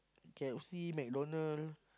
K_F_C McDonald